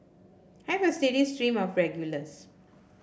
I have a steady stream of regulars